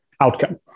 Outcome